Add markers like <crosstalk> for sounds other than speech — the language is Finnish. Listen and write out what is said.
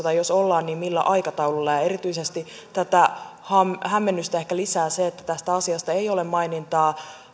<unintelligible> tai jos ollaan niin millä aikataululla erityisesti tätä hämmennystä ehkä lisää se että tästä asiasta ei ole mainintaa